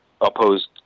opposed